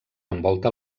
envolta